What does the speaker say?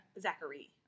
Zachary